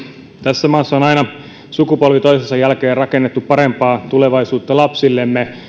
tässä maassa on aina sukupolvi toisensa jälkeen rakennettu parempaa tulevaisuutta lapsillemme